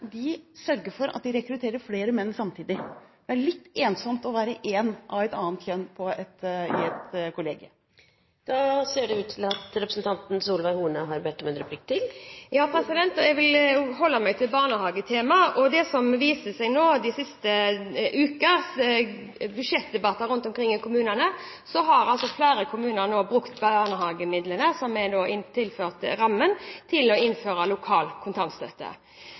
sørger for at de rekrutterer flere menn samtidig. Det er litt ensomt å være én av et annet kjønn i et kollegium. Jeg vil holde meg til barnehagetemaet. Det som viser seg etter de siste ukers budsjettdebatter rundt omkring i kommunene, er at flere kommuner har brukt barnehagemidlene som nå er tilført rammen, til å innføre lokal kontantstøtte,